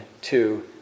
two